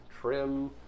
trim